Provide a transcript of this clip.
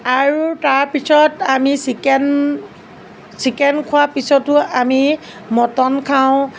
আৰু তাৰপিছত আমি চিকেন চিকেন খোৱাৰ পিছতো আমি মাটন খাওঁ